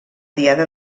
diada